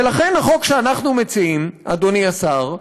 ולכן, החוק שאנחנו מציעים, אדוני השר,